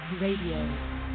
Radio